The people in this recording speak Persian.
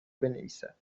بنویسد